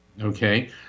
Okay